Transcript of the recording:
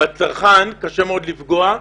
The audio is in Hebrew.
בצרכן קשה מאוד לפגוע.